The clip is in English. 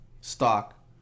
stock